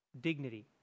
dignity